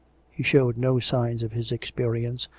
he showed no signs of his experi ence,